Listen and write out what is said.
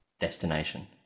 destination